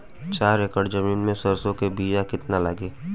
चार एकड़ जमीन में सरसों के बीया कितना लागी?